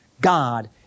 God